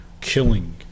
killing